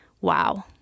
Wow